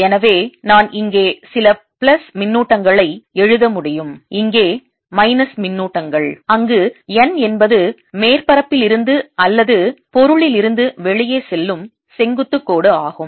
எனவே நான் இங்கே சில பிளஸ் மின்னூட்டங்களை எழுத முடியும் இங்கே மைனஸ் மின்னூட்டங்கள் அங்கு n என்பது மேற்பரப்பில் இருந்து அல்லது பொருளிலிருந்து வெளியே செல்லும் செங்குத்து கோடு ஆகும்